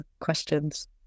questions